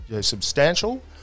substantial